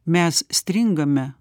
mes stringame